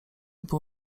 był